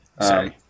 Sorry